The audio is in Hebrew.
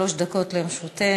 שלוש דקות לרשותך.